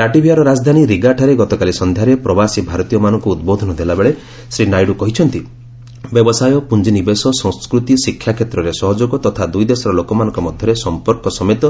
ଲାଟଭିଆର ରାଜଧାନୀ ରିଗା ଠାରେ ଗତକାଲି ସନ୍ଧ୍ୟାରେ ପ୍ରବାସୀ ଭାରତୀୟମାନଙ୍କୁ ଉଦ୍ବୋଧନ ଦେଲାବେଳେ ଶ୍ରୀ ନାଇଡ଼ୁ କହିଛନ୍ତି ବ୍ୟବସାୟ ପୁଞ୍ଜିନିବେଶ ସଂସ୍କୃତି ଶିକ୍ଷାକ୍ଷେତ୍ରରେ ସହଯୋଗ ତଥା ଦୁଇ ଦେଶର ଲୋକମାନଙ୍କ ମଧ୍ୟରେ ସଂପର୍କ ସମେତ